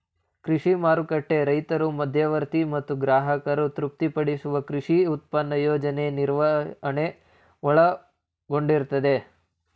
ಕೃಷಿ ಮಾರುಕಟ್ಟೆ ರೈತರು ಮಧ್ಯವರ್ತಿ ಮತ್ತು ಗ್ರಾಹಕರನ್ನು ತೃಪ್ತಿಪಡಿಸುವ ಕೃಷಿ ಉತ್ಪನ್ನ ಯೋಜನೆ ನಿರ್ವಹಣೆನ ಒಳಗೊಂಡಿರ್ತದೆ